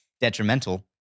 detrimental